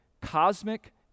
cosmic